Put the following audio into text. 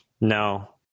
No